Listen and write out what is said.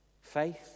Faith